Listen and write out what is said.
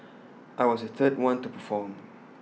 I was the third one to perform